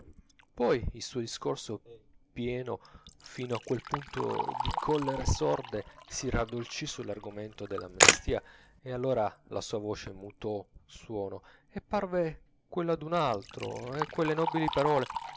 poi il suo discorso pieno fino a quel punto di collere sorde si raddolcì sull'argomento dell'amnistia e allora la sua voce mutò suono e parve quella d'un altro e quelle nobili parole